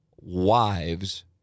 wives